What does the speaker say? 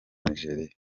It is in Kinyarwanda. nigeria